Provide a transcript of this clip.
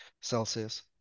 Celsius